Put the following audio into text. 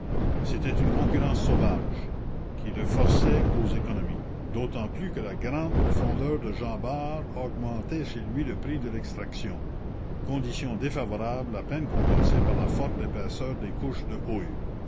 c'était une concurrence sauvage qui le forçait aux économies d'autant plus que la grande profondeur de jean bart augmentait chez lui le prix de l'extraction condition défavorable à peine compensée par la forte épaisseur des couches de